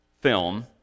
film